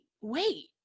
wait